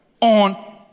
on